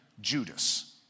Judas